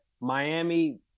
Miami